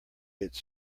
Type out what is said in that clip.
its